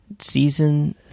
Season